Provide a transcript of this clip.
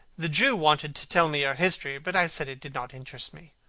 the jew wanted to tell me her history, but i said it did not interest me.